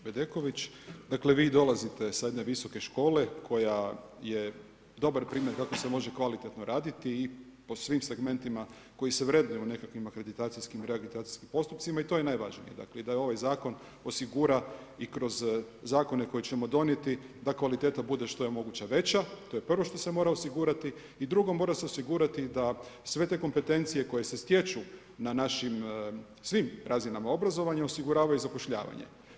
Kolegice Bedeković, dakle vi dolazite sa jedne visoke škole koja je dobar primjer kako se može kvalitetno raditi i po svim segmentima koji se vrednuju u nekakvim akreditacijski i reakreditacijskim postupcima i to je najvažnije, dakle i da ovaj zakon osigura i kroz zakone koje ćemo donijeti, da kvaliteta bude što je moguće veća, to je prvo što se mora osigurati i drugo, mora se osigurati da sve te kompetencije koje se stječu na našim svim razinama obrazovanja osiguravaju zapošljavanje.